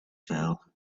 fell